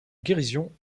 guérison